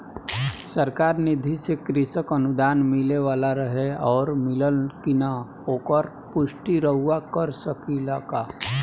सरकार निधि से कृषक अनुदान मिले वाला रहे और मिलल कि ना ओकर पुष्टि रउवा कर सकी ला का?